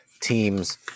teams